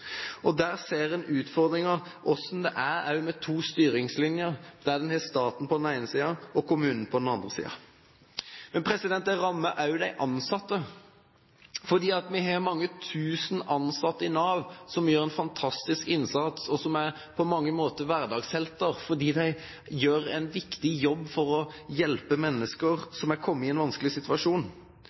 Der ser en utfordringene med to styringslinjer, der en har staten på den ene siden og kommunene på den andre siden. Men det rammer også de ansatte. Vi har mange tusen ansatte i Nav som gjør en fantastisk innsats, og som på mange måter er hverdagshelter, fordi de gjør en viktig jobb for å hjelpe mennesker som er kommet i en vanskelig situasjon.